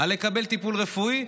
על לקבל טיפול רפואי?